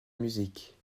musique